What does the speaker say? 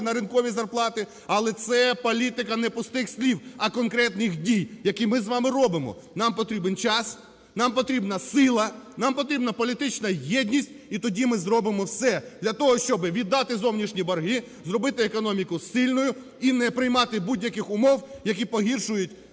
на ринкові зарплати. Але це політика не пустих слів, а конкретних дій, які ми з вами робимо. Нам потрібен час, нам потрібна сила, нам потрібна політична єдність, і тоді ми зробимо все для того, щоб віддати зовнішні борги, зробити економіку сильною і не приймати будь-яких умов, які погіршують